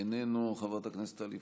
איננו, חברת הכנסת טלי פלוסקוב,